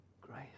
grace